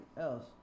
else